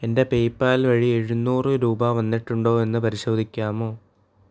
എന്റെ പേയ്പാൽ വഴി എഴുന്നൂറ് രൂപ വന്നിട്ടുണ്ടോ എന്ന് പരിശോധിക്കാമോ